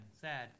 Sad